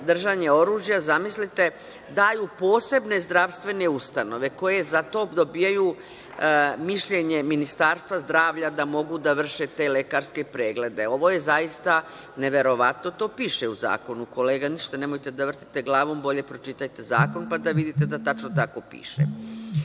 držanje oružja, zamislite daju posebne zdravstvene ustanove koje za to dobijaju mišljenje Ministarstva zdravlja, da mogu da vrše te lekarske preglede. Ovo je, zaista, neverovatno. To piše u zakonu, kolega nemojte ništa da vrtite glavom, bolje pročitajte zakon pa da vidite da tačno tako